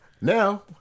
now